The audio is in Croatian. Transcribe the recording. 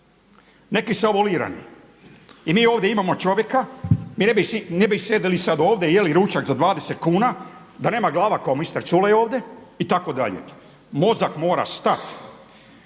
Neki su … i mi ovdje imamo čovjeka, mi ne bi sjedili sad ovdje i jeli ručak za 20 kuna da nema glava kao mister Culej ovdje itd. Mozak mora stat.